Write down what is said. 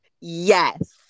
Yes